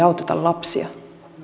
auteta lapsia